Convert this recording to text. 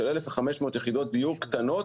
של 1,500 יחידות דיור קטנות